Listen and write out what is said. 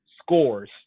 Scores